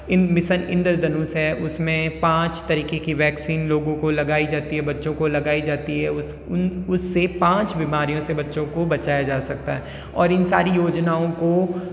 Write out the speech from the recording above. इन mission Indradhanush है उसमें पाँच तरीक़े की वैक्सीन लोगों को लगाई जाती है बच्चों को लगाई जाती है उस उन उससे पाँच बीमारियों से बच्चों को बचाया जा सकता है और इन सारी योजनाओं को